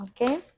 Okay